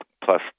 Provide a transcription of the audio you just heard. plus